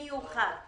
מיוחד,